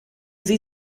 sie